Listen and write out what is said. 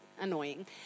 annoying